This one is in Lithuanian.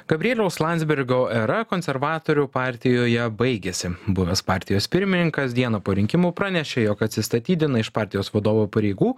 gabrieliaus landsbergio era konservatorių partijoje baigėsi buvęs partijos pirmininkas dieną po rinkimų pranešė jog atsistatydina iš partijos vadovo pareigų